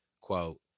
quote